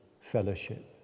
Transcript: fellowship